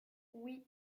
oui